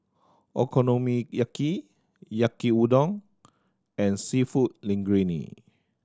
Okonomiyaki Yaki Udon and Seafood Linguine